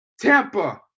Tampa